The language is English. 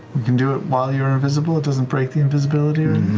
you can do it while you're invisible? it doesn't break the invisibility or